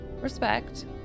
Respect